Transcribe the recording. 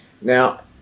Now